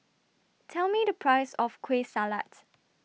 Tell Me The Price of Kueh Salat